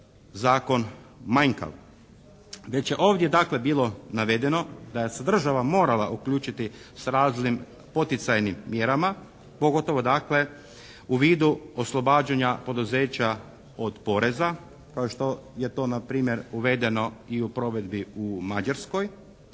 Zakon manjkav. Već je ovdje dakle bilo navedeno da je se država morala uključiti s raznim poticajnim mjerama, pogotovo dakle u vidu oslobađanja poduzeća od poreza, kao što je to npr. uvedeno i u provedbi u Mađarskoj,